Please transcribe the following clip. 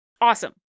Awesome